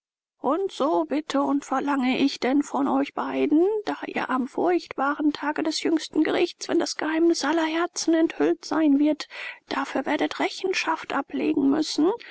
und so bitte und verlange ich denn von euch beiden da ihr am furchtbaren tage des jüngsten gerichts wenn das geheimnis aller herzen enthüllt sein wird dafür werdet rechenschaft ablegen müssen